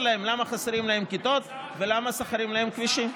להם למה חסרות להם כיתות ולמה חסרים להם כבישים.